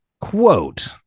quote